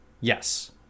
yes